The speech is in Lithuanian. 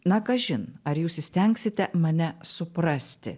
na kažin ar jūs įstengsite mane suprasti